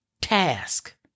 task